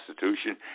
Constitution